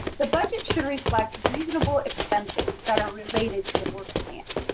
the budget should reflect reasonable expenses that are related to the work plan.